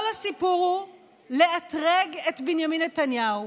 כל הסיפור הוא לאתרג את בנימין נתניהו,